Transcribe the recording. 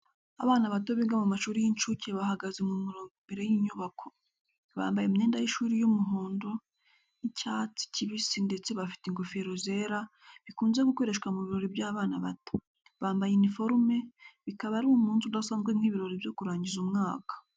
Abana bato biga mu mashuri y’incuke bahagaze mu murongo imbere y’inyubako. Bambaye imyenda y’ishuri y’umuhondo n’icyatsi kibisi ndetse bafite ingofero zera, bikunze gukoreshwa mu birori by’abana bato. Bambaye iniforme, bikaba ari umunsi udasanzwe nk'ibirori byo kurangiza umwaka.